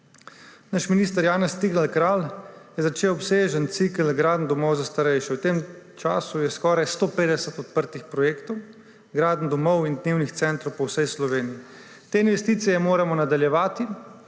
Naš minister Janez Cigler Kralj je začel obsežen cikel gradenj domov za starejše. V tem času je skoraj 150 odprtih projektov, gradenj domov in dnevnih centrov po vsej Sloveniji. Te investicije moramo nadaljevati